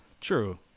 True